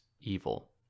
evil